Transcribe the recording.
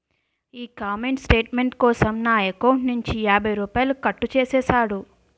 ఈ comment statement కోసం నా ఎకౌంటు నుంచి యాభై రూపాయలు కట్టు చేసేసాడు